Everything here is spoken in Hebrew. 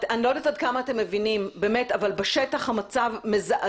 אני לא יודעת עד כמה אתם מבינים אבל בשטח המצב מזעזע.